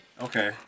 Okay